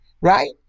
right